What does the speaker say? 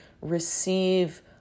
receive